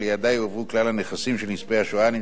הנכנסים של נספי השואה הנמצאים בישראל,